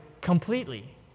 completely